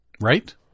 right